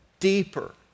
deeper